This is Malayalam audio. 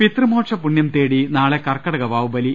പിതൃമോക്ഷ പുണൃം തേടി നാളെ കർക്കടക വാവുബലി